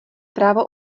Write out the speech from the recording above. právo